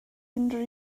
unrhyw